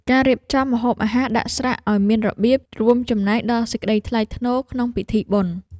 ការរៀបចំម្ហូបអាហារដាក់ស្រាក់ឱ្យមានរបៀប រួមចំណែកដល់សេចក្តីថ្លៃថ្នូរក្នុងពិធីបុណ្យ។